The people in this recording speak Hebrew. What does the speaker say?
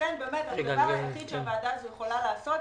ולכן הדבר היחיד שהוועדה הזו יכולה לעשות,